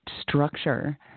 structure